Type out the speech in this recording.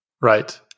right